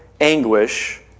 anguish